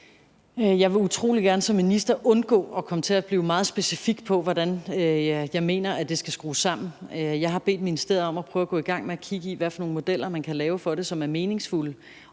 minister utrolig gerne undgå at komme til at blive meget specifik på, hvordan jeg mener det skal skrues sammen. Jeg har bedt ministeriet om at prøve at gå i gang med at kigge på, hvad for nogle modeller man kan lave for det, som vil være meningsfulde,